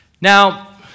Now